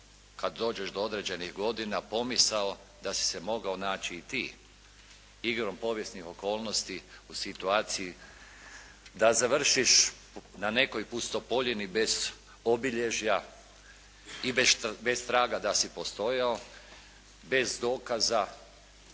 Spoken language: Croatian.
kad dođeš do određenih godina, pomisao da si se mogao naći i ti igrom povijesnih okolnosti u situaciji da završiš na nekoj pustopoljini bez obilježja i bez traga da si postojao, bez dokaza